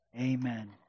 Amen